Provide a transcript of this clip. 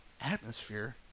Atmosphere